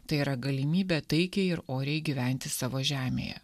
tai yra galimybę taikiai ir oriai gyventi savo žemėje